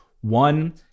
one